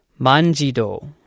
Manjido